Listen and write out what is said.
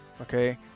Okay